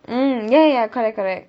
mm ya ya correct correct